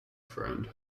friend